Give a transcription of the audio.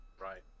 Right